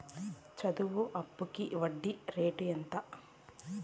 చదువు అప్పుకి వడ్డీ రేటు ఎంత?